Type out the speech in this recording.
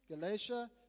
Galatia